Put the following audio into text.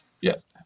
Yes